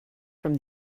from